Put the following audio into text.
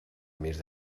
més